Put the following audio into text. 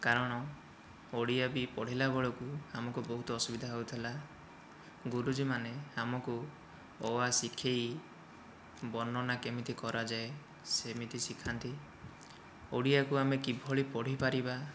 କାରଣ ଓଡ଼ିଆ ବି ପଢ଼ିଲା ବେଳକୁ ଆମକୁ ବହୁତ ଅସୁବିଧା ହେଉଥିଲା ଗୁରୁଜୀମାନେ ଆମକୁ ଅ ଆ ଶିଖାଇ ବର୍ଣ୍ଣନା କେମିତି କରାଯାଏ ସେମିତି ଶିଖାନ୍ତି ଓଡ଼ିଆକୁ ଆମେ କିଭଳି ପଢ଼ିପାରିବା